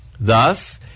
Thus